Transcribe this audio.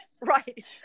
right